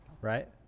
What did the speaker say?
right